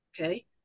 Okay